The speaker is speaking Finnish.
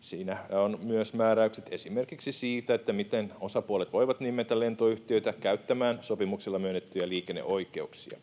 Siinä on myös määräykset esimerkiksi siitä, miten osapuolet voivat nimetä lentoyhtiöitä käyttämään sopimuksella myönnettyjä liikenneoikeuksia.